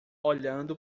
olhando